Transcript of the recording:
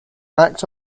act